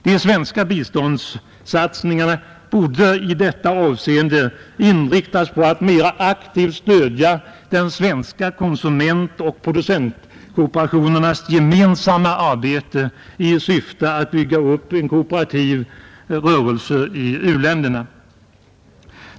De svenska biståndssatsningarna borde i detta avseende inriktas på att mera aktivt stödja de svenska konsumentoch producentkooperationernas arbete i syfte att bygga upp en kooperativ rörelse i u-länderna.